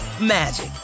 magic